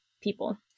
people